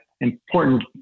important